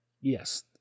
Yes